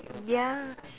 ya